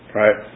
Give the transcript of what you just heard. right